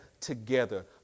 together